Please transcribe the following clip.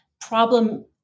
problem